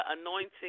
anointing